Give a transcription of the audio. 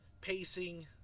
pacing